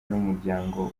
n’umuryango